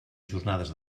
jornades